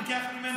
יותר פיקח ממנו?